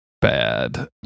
bad